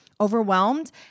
Overwhelmed